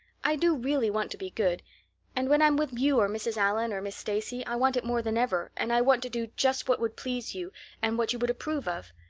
i do really want to be good and when i'm with you or mrs. allan or miss stacy i want it more than ever and i want to do just what would please you and what you would approve of.